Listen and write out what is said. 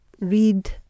read